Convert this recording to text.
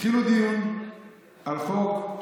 התחיל דיון על חוק,